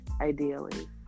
ideally